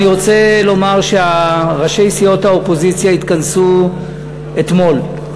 אני רוצה לומר שראשי סיעות האופוזיציה התכנסו אתמול.